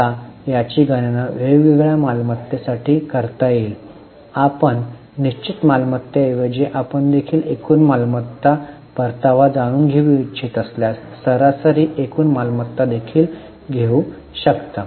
आता याची गणना वेगवेगळ्या मालमत्तेसाठी करता येईल आपण निश्चित मालमत्तेऐवजी आपण देखील एकूण मालमत्ता परतावा जाणून घेऊ इच्छित असल्यास सरासरी एकूण मालमत्ता देखील घेऊ शकता